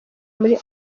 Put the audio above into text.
muri